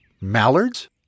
Mallards